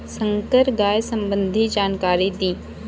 संकर गाय सबंधी जानकारी दी?